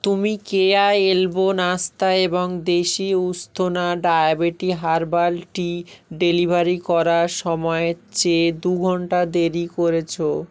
তুমি কেয়া এলবো নাস্তা এবং দেশি উস্থনা ডায়াবেটি হার্বাল টি ডেলিভারি করার সময়ের চেয়ে দু ঘন্টা দেরী করেছো